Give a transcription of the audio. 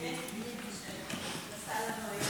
הכנסת צגה מלקו,